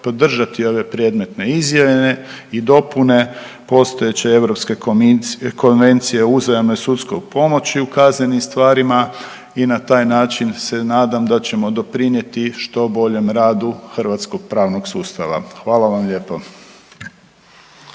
se ne razumije./... i dopune postojeće europske Konvencije o uzajamnoj sudskoj pomoći u kaznenim stvarima i na taj način se nadam da ćemo doprinijeti što boljem radu hrvatskog pravnog sustava. Hvala vam lijepo.